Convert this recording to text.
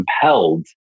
compelled